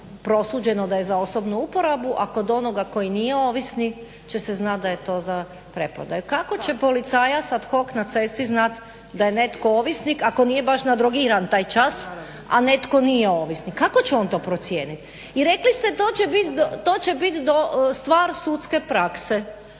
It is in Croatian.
prosuđeno da je za osobnu uporabu, a kod onoga koji nije ovisnik će se znati da je to za preprodaju. Kako će policajac ad hoc na cesti znati da je netko ovisnik ako nije baš nadrogiran taj čas, a netko nije ovisnik? Kako će on to procijeniti? I rekli ste to će biti stvar sudske prakse.